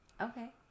Okay